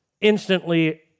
instantly